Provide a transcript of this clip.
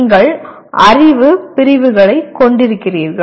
நீங்கள் அறிவு பிரிவுகளைக் கொண்டிருக்கிறீர்கள்